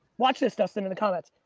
watch this stuff then in the comments.